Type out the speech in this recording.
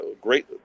great